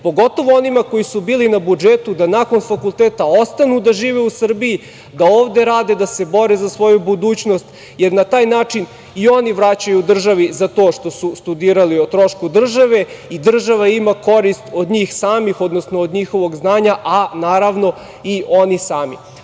pogotovo onima koji su bili na budžetu, da nakon fakulteta ostanu da žive u Srbiji, da ovde rade, da se bore za svoju budućnost, jer na taj način i oni vraćaju državi za to što studirali o trošku države i država ima korist od njih samih, odnosno od njihovog znanja, a naravno i oni sami. Svi